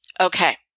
Okay